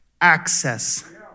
access